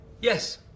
Yes